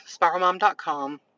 spiralmom.com